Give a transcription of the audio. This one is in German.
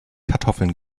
kartoffeln